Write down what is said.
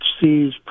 sees